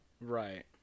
right